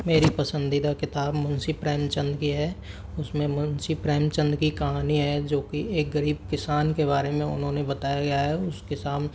मेरी पसंदीदा किताब मुंशी प्रेमचंद की है उसमें मुंशी प्रेमचंद की कहानी है जो कि एक गरीब किसान के बारे में उन्होंने बताया गया है उस किसान